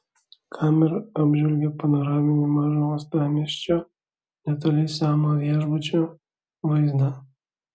kamera apžvelgė panoraminį mažo uostamiesčio netoli semo viešbučio vaizdą